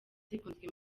zikunzwe